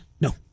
No